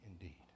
indeed